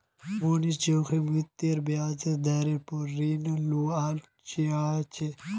मोहनीश जोखिम मुक्त ब्याज दरेर पोर ऋण लुआ चाह्चे